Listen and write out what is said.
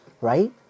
right